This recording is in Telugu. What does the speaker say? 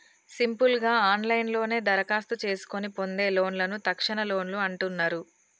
సింపుల్ గా ఆన్లైన్లోనే దరఖాస్తు చేసుకొని పొందే లోన్లను తక్షణలోన్లు అంటున్నరు